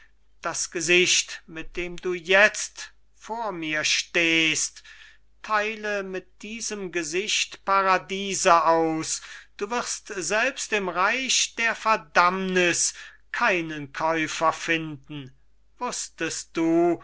das gesicht mit dem du jetzt vor mir stehst theile mit diesem gesicht paradiese aus du wirst selbst im reich der verdammniß keinen käufer finden wußtest du